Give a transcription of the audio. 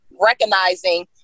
recognizing